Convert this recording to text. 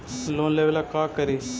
Loan लेबे ला का करि?